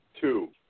two